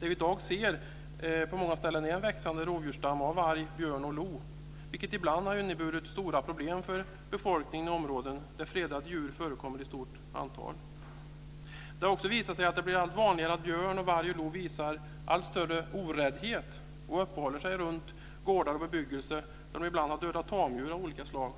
Det vi i dag ser på många ställen är växande rovstammar av varg, björn och lo, vilket ibland har inneburit stora problem för befolkningen i områden där fredade djur förekommer i stort antal. Det blir också allt vanligare att björn, varg och lo visar allt större oräddhet. De uppehåller sig runt gårdar och bebyggelse, och ibland har de dödat tamdjur av olika slag.